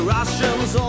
Russians